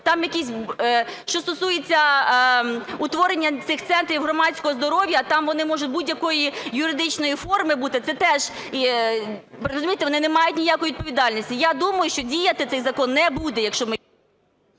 що стосується утворення цих центрів громадського здоров'я, там вони можуть будь-якої юридичної форми бути, це теж, розумієте, вони не мають ніякої відповідальності. Я думаю, що діяти цей закон не буде, якщо ми…